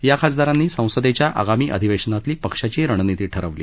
या खासदारांनी संसदेच्या आगामी अधिवेशनातली पक्षाची रणनिती ठरवली